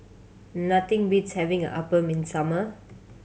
nothing beats having appam in summer